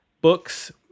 books